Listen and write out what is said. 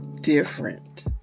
different